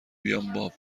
بیام